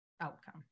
outcome